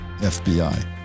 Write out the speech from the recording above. FBI